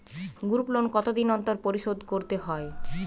Group loan কতদিন অন্তর শোধকরতে হয়?